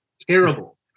terrible